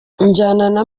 njyana